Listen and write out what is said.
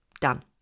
done